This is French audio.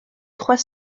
trois